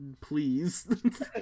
Please